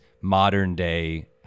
modern-day